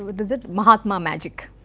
what is it, mahatma magic.